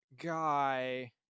guy